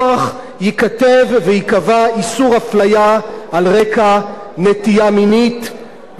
וייקבע איסור הפליה על רקע נטייה מינית וזהות מגדר.